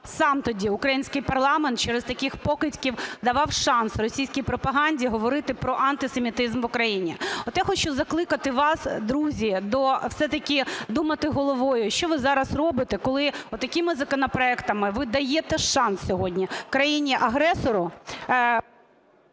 сам тоді український парламент через таких покидьків давав шанс російській пропаганді говорити про антисемітизм в Україні. От я хочу закликати вас, друзі, все-таки думати головою, що ви зараз робите, коли отакими законопроектами ви даєте шанс сьогодні країні-агресору…